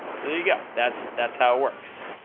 so there ya go, that's, that's how it works,